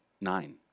Nine